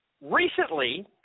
Recently